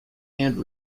and